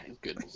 Good